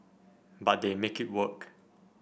but they make it work